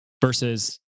versus